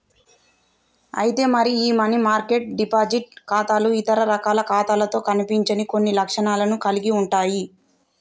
అయితే మరి ఈ మనీ మార్కెట్ డిపాజిట్ ఖాతాలు ఇతర రకాల ఖాతాలతో కనిపించని కొన్ని లక్షణాలను కలిగి ఉంటాయి